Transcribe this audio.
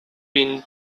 been